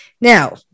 Now